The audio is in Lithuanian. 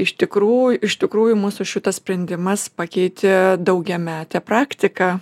iš tikrųj iš tikrųjų mūsų šitas sprendimas pakeitė daugiametę praktiką